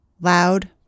loud